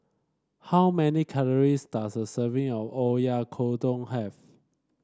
how many calories does a serving of Oyakodon have